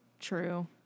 True